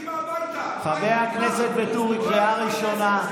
קדימה הביתה, חבר הכנסת ואטורי, קריאה ראשונה.